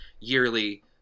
yearly